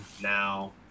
Now